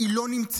היא לא נמצאת.